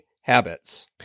habits